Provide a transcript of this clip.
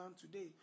today